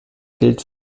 gilt